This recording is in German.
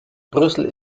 brüssel